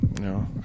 no